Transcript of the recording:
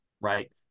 right